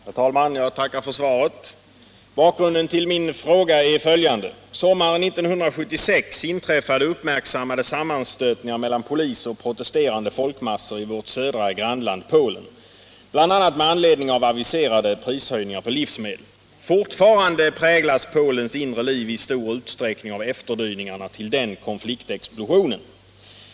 Herr talman! Jag tackar för svaret. Bakgrunden till min fråga är följande: Sommaren 1976 inträffade uppmärksammade sammanstötningar mellan polis och protesterande folkmassor i vårt södra grannland Polen, bl.a. med anledning av aviserade prishöjningar på livsmedel. Fortfarande präglas Polens inre liv i stor utsträckning av efterdyningarna till den konfliktexplosionen.